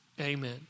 Amen